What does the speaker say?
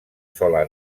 sola